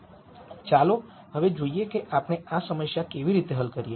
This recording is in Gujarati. ચાલો હવે જોઈએ કે આપણે આ સમસ્યા કેવી રીતે હલ કરીએ